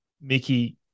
Mickey